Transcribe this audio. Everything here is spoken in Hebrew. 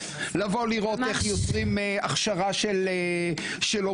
לבוא לראות איך יוצאים הכשרה של עובדות